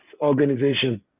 organization